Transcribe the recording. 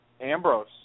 Ambrose